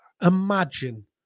imagine